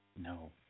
No